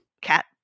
cat